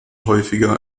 häufiger